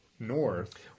north